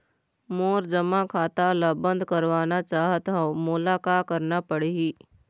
मोर जमा खाता ला बंद करवाना चाहत हव मोला का करना पड़ही?